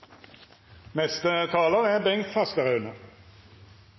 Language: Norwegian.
Neste talar er